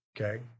okay